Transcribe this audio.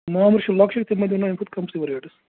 مامرٕ چھ لۄکچہِ تِم مہَ دِنَو امہ کھۄتہٕ کَمسے ریٹس